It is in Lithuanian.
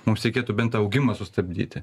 mums reikėtų bent augimą sustabdyti